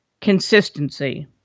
Consistency